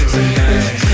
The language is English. Tonight